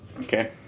Okay